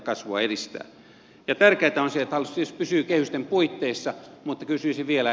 tärkeätä on se että hallitus siis pysyy kehysten puitteissa mutta kysyisin vielä